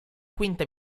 quinta